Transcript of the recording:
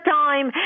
time